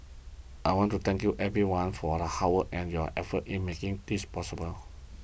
I want to thank you everyone for the hard work and your effort in making this possible